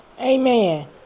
Amen